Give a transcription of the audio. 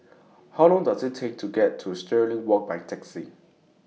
How Long Does IT Take to get to Stirling Walk By Taxi